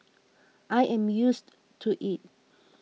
I am used to it